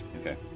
Okay